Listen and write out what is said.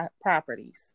properties